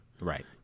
right